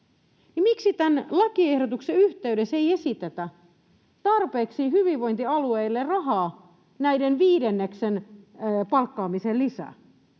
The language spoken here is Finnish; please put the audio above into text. miksi tämän lakiehdotuksen yhteydessä ei esitetä hyvinvointialueille tarpeeksi rahaa näiden viidenneksen palkkaamiseen lisää?